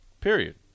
Period